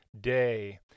day